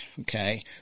okay